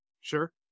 sure